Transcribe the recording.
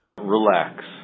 Relax